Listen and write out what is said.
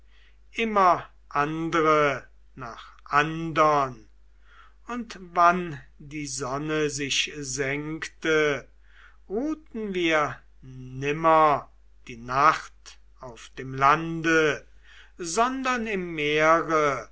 immer andre nach andern und wann die sonne sich senkte ruhten wir nimmer die nacht auf dem lande sondern im meere